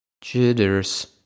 Jitters